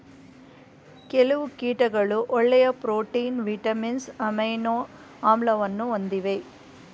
ಕೆಲವು ಕೀಟಗಳು ಒಳ್ಳೆಯ ಪ್ರೋಟೀನ್, ವಿಟಮಿನ್ಸ್, ಅಮೈನೊ ಆಮ್ಲವನ್ನು ಹೊಂದಿವೆ